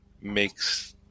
makes